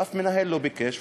ואף מנהל לא ביקש,